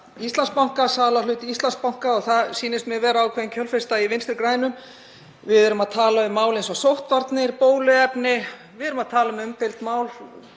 Íslandsbanka, sölu á hlut í Íslandsbanka og þar sýnist mér vera ákveðin kjölfesta í Vinstri grænum. Við erum að tala um mál eins og sóttvarnir og bóluefni. Við erum að tala um umdeild mál.